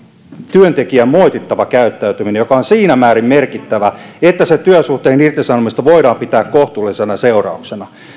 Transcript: työntekijän moitittava käyttäytyminen joka on siinä määrin merkittävää että sen työsuhteen irtisanomista voidaan pitää kohtuullisena seurauksena